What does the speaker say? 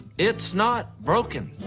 it's not broken.